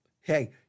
hey